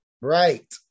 Right